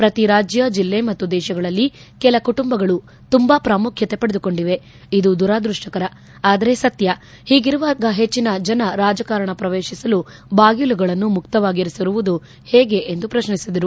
ಪ್ರತಿ ರಾಜ್ಯ ಜಿಲ್ಲೆ ಮತ್ತು ದೇಶದಲ್ಲಿ ಕೆಲ ಕುಟುಂಬಗಳು ತುಂಬಾ ಪ್ರಾಮುಖ್ಯತೆ ಪಡೆದುಕೊಂಡಿವೆ ಇದು ದುರದೃಷ್ಷಕರ ಆದರೆ ಸತ್ಯ ಹೀಗಿರುವಾಗ ಹೆಚ್ಚನ ಜನ ರಾಜಕಾರಣ ಶ್ರವೇತಿಸಲು ಬಾಗಿಲುಗಳನ್ನು ಮುಕ್ತವಾಗಿರಿಸುವುದು ಹೇಗೆ ಎಂದು ಪ್ರಶ್ನಿಸಿದರು